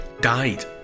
died